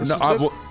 No